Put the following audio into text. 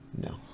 No